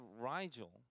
Rigel